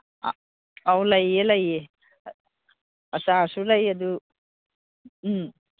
ꯑꯧ ꯂꯩꯌꯦ ꯂꯩꯌꯦ ꯑꯆꯥꯔꯁꯨ ꯂꯩ ꯑꯗꯨ ꯎꯝ